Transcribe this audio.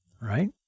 right